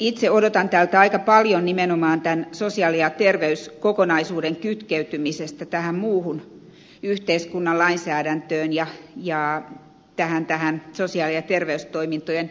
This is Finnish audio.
itse odotan tältä aika paljon nimenomaan tämän sosiaali ja terveyskokonaisuuden kytkeytymisestä muuhun yhteiskunnan lainsäädäntöön ja sosiaali ja terveystoimintojen yhteistyöhön